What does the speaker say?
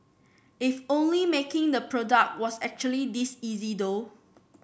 if only making the product was actually this easy though